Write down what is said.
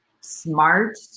smart